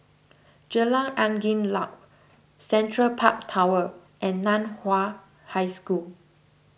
Jalan Angin Laut Central Park Tower and Nan Hua High School